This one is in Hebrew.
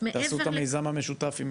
מעבר -- תעשו את המיזם המשותף עם